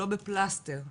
לא בפלסטר.